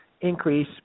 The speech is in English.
increase